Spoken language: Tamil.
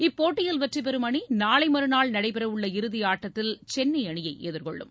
இப்போட்டியில் வெற்றி பெறும் அணி நாளை மறுநாள் நடைபெறவுள்ள இறுதி ஆட்டத்தில் சென்னை அணியை எதிர்கொள்ளும்